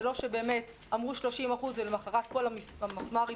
זה לא שבאמת אמרו 30% ולמחרת כל המפמ"רים